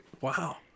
Wow